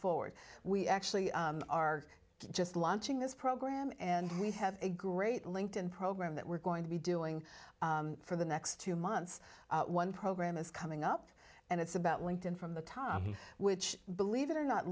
forward we actually are just launching this program and we have a great linked in program that we're going to be doing for the next two months one program is coming up and it's about linked in from the top which believe it or not